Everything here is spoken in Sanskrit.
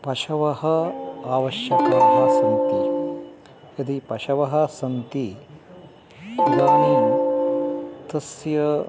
पशवः आवश्यकाः सन्ति यदि पशवः सन्ति तदानीं तस्य